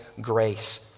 grace